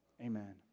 Amen